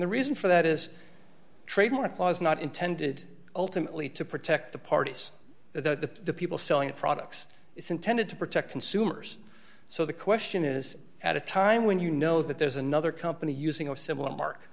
the reason for that is trademark law is not intended ultimately to protect the parties that the people selling the products it's intended to protect consumers so the question is at a time when you know that there's another company